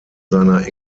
seiner